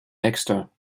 axster